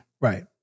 Right